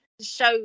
show